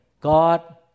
God